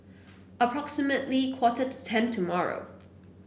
approximately quarter to ten tomorrow